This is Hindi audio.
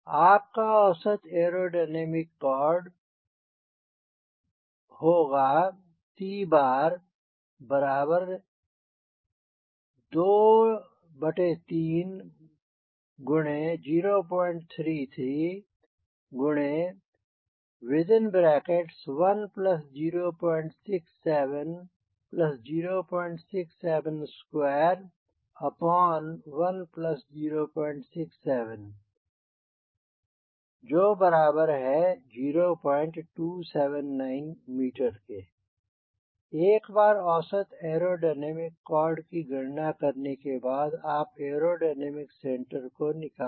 आपका औसत एयरोडायनामिक कॉर्ड होगा c230331067067210670279m एक बार औसत एयरोडायनामिक कॉर्ड की गणना करने के बाद आप एयरोडायनामिक सेंटर को निकाल लें